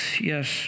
yes